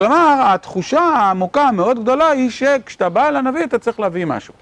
כלומר, התחושה העמוקה המאוד גדולה היא שכשאתה בא אל הנביא אתה צריך להביא משהו.